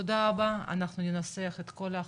תודה רבה, אנחנו ננסה לאחד את כל ההחלטות,